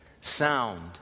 Sound